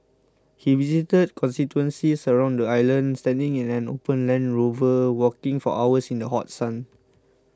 he visited constituencies around the island standing in an open Land Rover walking for hours in the hot sun